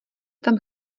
tam